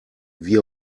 wie